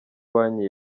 banki